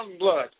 Youngblood